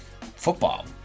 football